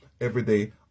everyday